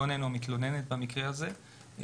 להתמודד עם אכיפה כלכלית בהקשרים האלה,